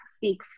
seek